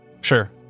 sure